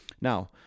Now